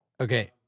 okay